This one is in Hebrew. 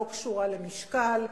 לא קשורה למשקל,